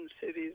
cities